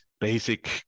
basic